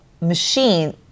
machine